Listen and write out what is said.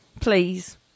please